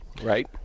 Right